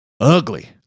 ugly